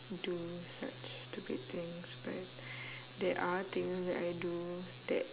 do such stupid things but there are things that I do that